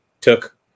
took